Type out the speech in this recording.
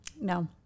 no